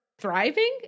thriving